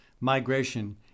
migration